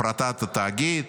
הפרטת התאגיד,